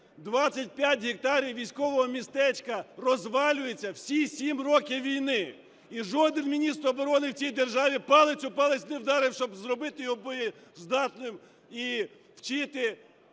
25 гектарів військового містечка розвалюються, всі сім років війни! І жоден міністр оборони в цій державі палець об палець не вдарив, щоб зробити його боєздатним і вчити